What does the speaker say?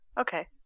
okay